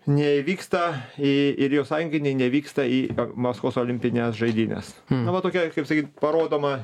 neįvyksta ir ir jau sąjungininkai nevyksta į maskvos olimpines žaidynes na va tokioje kaip sakyti parodoma